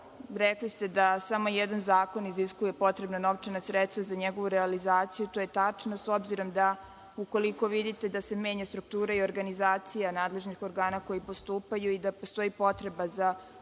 rekli ste da samo jedan zakon iziskuje potrebna novčana sredstva za njegovu realizaciju. To je tačno. S obzirom da ukoliko vidite da se menja struktura i organizacija nadležnih organa koji postupaju i da postoji potreba za uvođenjem